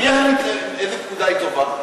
מי יחליט איזו פקודה היא טובה?